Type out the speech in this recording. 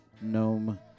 gnome